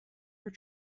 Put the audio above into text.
ever